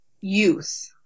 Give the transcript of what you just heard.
youth